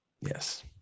Yes